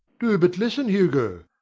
do but listen, hugo.